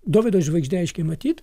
dovydo žvaigždė aiškiai matyt